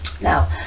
Now